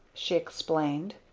she explained.